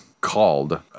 called